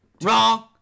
wrong